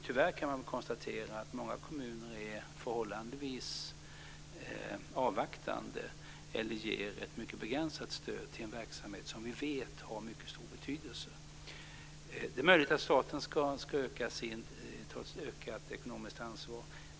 Tyvärr kan man konstatera att många kommuner är förhållandevis avvaktande eller ger ett mycket begränsat stöd till en verksamhet som vi vet har mycket stor betydelse. Det är möjligt att staten ska ta ett ökat ekonomiskt ansvar.